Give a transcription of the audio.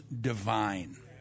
divine